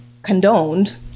Condoned